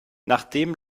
nachdem